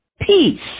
Peace